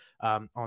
on